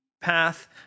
path